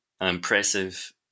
impressive